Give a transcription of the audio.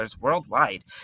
worldwide